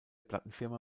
plattenfirma